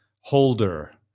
holder